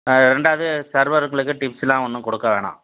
ரெண்டாவது சர்வர்களுக்கு டிப்ஸ்லாம் ஒன்றும் கொடுக்க வேணாம்